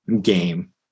game